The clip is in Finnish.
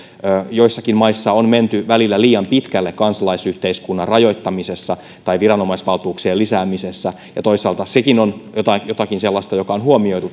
joissakin maissa on menty välillä liian pitkälle kansalaisyhteiskunnan rajoittamisessa tai viranomaisvaltuuksien lisäämisessä ja toisaalta sekin on jotakin sellaista joka on huomioitu